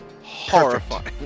horrifying